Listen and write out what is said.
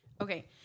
okay